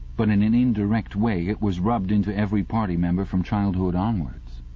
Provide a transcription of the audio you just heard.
but in an indirect way it was rubbed into every party member from childhood onwards.